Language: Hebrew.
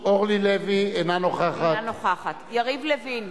אינה נוכחת יריב לוין,